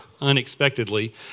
unexpectedly